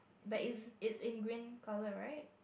but is it's in green color right